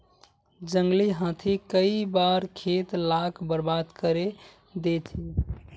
जंगली हाथी कई बार खेत लाक बर्बाद करे दे छे